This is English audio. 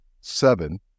seven